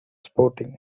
sporting